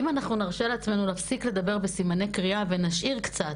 אם אנחנו נרשה לעצמנו להפסיק לדבר בסימני קריאה ונשאיר קצת,